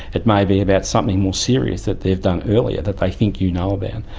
it may be about something more serious that they've done earlier that they think you know about. and